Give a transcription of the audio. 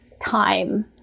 time